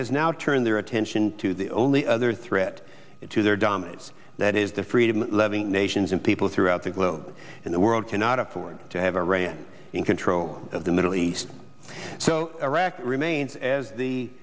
has now turned their attention to the only other threat to their dominance that is the freedom loving nations and people throughout the globe in the world cannot afford to have iran in control of the middle east so iraq remains as the